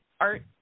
art